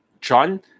john